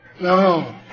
No